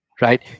right